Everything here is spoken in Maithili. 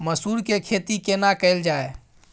मसूर के खेती केना कैल जाय?